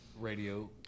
radio